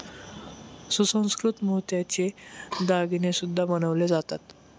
सुसंस्कृत मोत्याचे दागिने सुद्धा बनवले जातात